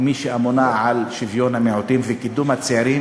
כמי שאמונה על שוויון המיעוטים וקידום הצעירים,